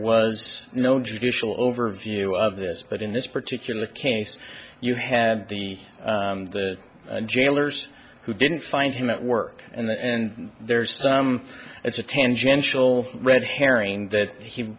was no judicial overview of this but in this particular case you had the jailers who didn't find him at work and there's some it's a tangential red herring that he